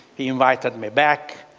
he invited me back,